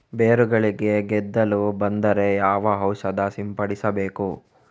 ಬೇರುಗಳಿಗೆ ಗೆದ್ದಲು ಬಂದರೆ ಯಾವ ಔಷಧ ಸಿಂಪಡಿಸಬೇಕು?